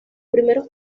primeros